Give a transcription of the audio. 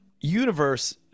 universe